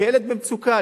כילד במצוקה,